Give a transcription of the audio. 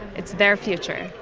it's their future.